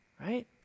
right